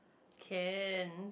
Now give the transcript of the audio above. can